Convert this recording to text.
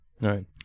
Right